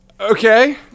okay